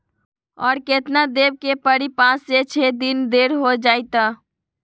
और केतना देब के परी पाँच से छे दिन देर हो जाई त?